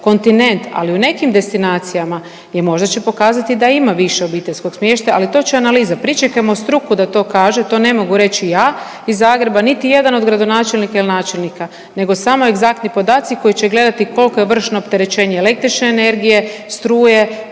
kontinent, ali u nekim destinacijama, jer možda će pokazati da ima više obiteljskog smještaja ali to će analize. Pričekajmo struku da to kaže, to ne mogu reći ja iz Zagreba niti jedan od gradonačelnika ili načelnika, nego samo egzaktni podaci koji će gledati koliko je vršno opterećenje električne energije, struje,